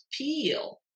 peel